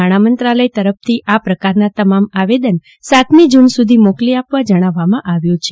નાણા મંત્રાલય તરફથી આ પ્રકારના તમામ આવેદન સાતમી જુન સુધી મોકલી આપવા જણાવવામાં આવ્યુ છે